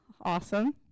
awesome